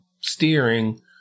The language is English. steering